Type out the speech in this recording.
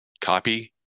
copy